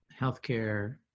healthcare